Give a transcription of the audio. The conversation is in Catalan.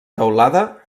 teulada